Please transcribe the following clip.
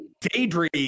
Daydream